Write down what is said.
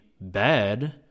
bad